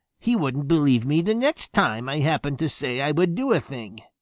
he wouldn't believe me the next time i happened to say i would do a thing.